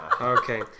Okay